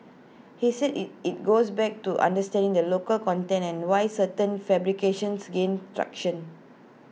he said IT it goes back to understanding the local content and why certain fabrications gain traction